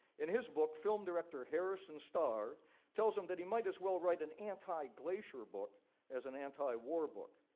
in his book, film director harrison star tells him that he might as well write an anti-glacier book as an anti-war book.